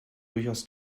durchaus